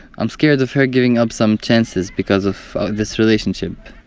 i'm scared of her giving up some chances because of this relationship.